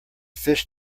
fish